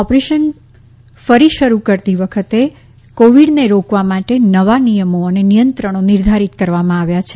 operation ફરી શરૂ કરતી વખતે કોવિડને રોકવા માટે નવા નિયમો અને નિયંત્રણો નિર્ધારિત કરવામાં આવ્યા છે